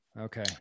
Okay